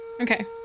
Okay